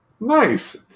Nice